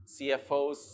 CFOs